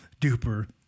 duper